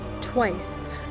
Twice